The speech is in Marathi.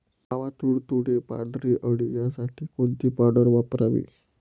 मावा, तुडतुडे, पांढरी अळी यासाठी कोणती पावडर वापरावी?